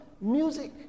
music